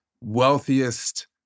wealthiest